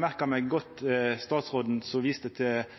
merka meg godt at statsråden viste til